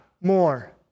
more